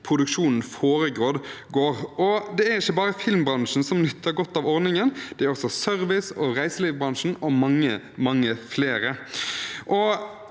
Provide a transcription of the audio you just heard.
produksjonen foregår. Det er ikke bare filmbransjen som nyter godt av ordningen. Det er også service- og reiselivsbransjen og mange, mange